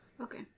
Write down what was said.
Okay